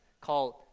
called